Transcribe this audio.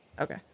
Okay